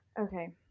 Okay